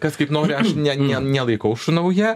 kas kaip nori aš ne ne nelaikau šunauja